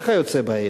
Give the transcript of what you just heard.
וכיוצא בזה.